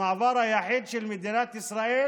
המעבר היחיד של מדינת ישראל